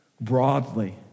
broadly